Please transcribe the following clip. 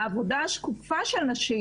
העבודה השקופה של נשים,